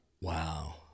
Wow